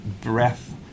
breath